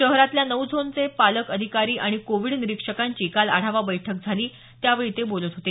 शहरातल्या नऊ झोनचे पालक अधिकारी आणि कोविड निरीक्षकांची काल आढावा बैठक झाली त्यावेळी ते बोलत होते